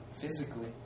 physically